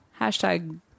Hashtag